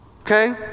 Okay